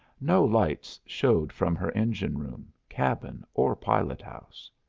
no lights showed from her engine-room, cabin, or pilot-house.